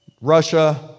Russia